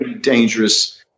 dangerous